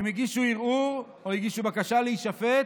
אם הגישו ערעור או הגישו בקשה להישפט,